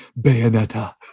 Bayonetta